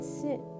sit